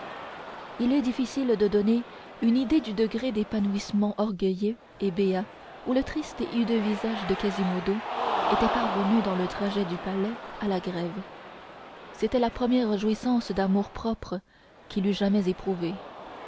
il est difficile de donner une idée du degré d'épanouissement orgueilleux et béat où le triste et hideux visage de quasimodo était parvenu dans le trajet du palais à la grève c'était la première jouissance d'amour-propre qu'il eût jamais éprouvée